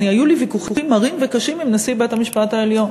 היו לי ויכוחים מרים וקשים עם נשיא בית-המשפט העליון,